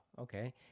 Okay